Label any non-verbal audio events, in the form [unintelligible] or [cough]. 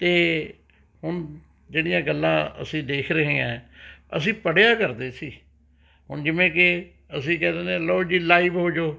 ਅਤੇ [unintelligible] ਜਿਹੜੀਆਂ ਗੱਲਾਂ ਅਸੀਂ ਦੇਖ ਰਹੇ ਹਾਂ ਅਸੀਂ ਪੜ੍ਹਿਆ ਕਰਦੇ ਸੀ ਹੁਣ ਜਿਵੇਂ ਕਿ ਅਸੀਂ ਕਹਿ ਦਿੰਦੇ ਹਾਂ ਲਉ ਜੀ ਲਾਈਵ ਹੋਜੋ